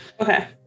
Okay